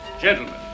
Gentlemen